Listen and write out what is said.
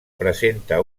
presenta